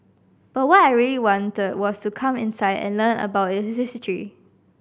but what I really wanted was to come inside and learn about its history